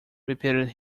repeated